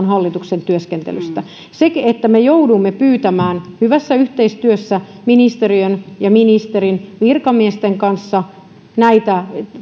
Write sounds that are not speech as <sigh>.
<unintelligible> hallituksen työskentelystä se että me joudumme pyytämään hyvässä yhteistyössä ministeriön ja ministerin virkamiesten kanssa näitä